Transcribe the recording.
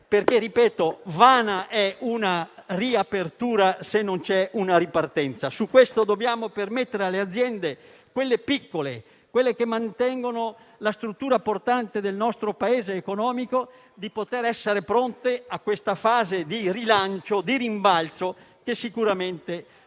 perché - lo ripeto - vana è una riapertura, se non c'è una ripartenza. Su questo, dobbiamo permettere alle aziende, quelle piccole, che mantengono la struttura portante del nostro Paese a livello economico, di essere pronte a questa fase di rilancio e di rimbalzo, che sicuramente ci sarà.